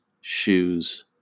shoes